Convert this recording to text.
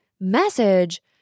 message